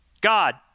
God